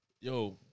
Yo